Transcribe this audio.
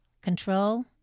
Control